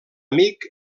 amic